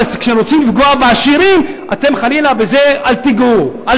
כשרוצים לפגוע בעשירים, אתם: חלילה, בזה אל תיגעו.